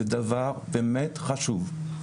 זה דבר באמת חשוב,